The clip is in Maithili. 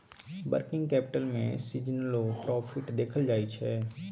वर्किंग कैपिटल में सीजनलो प्रॉफिट देखल जाइ छइ